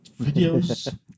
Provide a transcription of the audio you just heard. videos